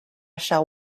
shall